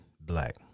black